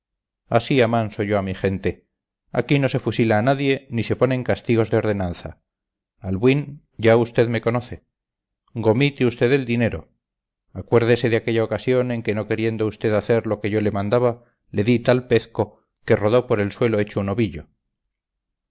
así amanso yo a mi gente aquí no se fusila a nadie ni se ponen castigos de ordenanza albuín ya usted me conoce gomite usted el dinero acuérdese de aquella ocasión en que no queriendo usted hacer lo que yo le mandaba le di tal pezco que rodó por el suelo hecho un ovillo